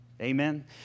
Amen